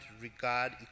regard